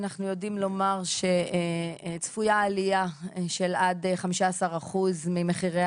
אנחנו יודעים לומר שצפויה עלייה של עד 15% ממחירי